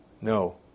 No